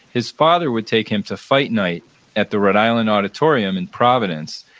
his father would take him to fight night at the rhode island auditorium in providence.